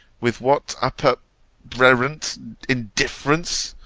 with what appa rent indifference,